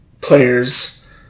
players